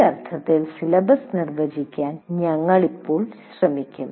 ഈ അർത്ഥത്തിൽ സിലബസ് നിർവചിക്കാൻ ഞങ്ങൾ ഇപ്പോൾ ശ്രമിക്കും